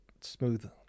smooth